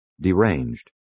deranged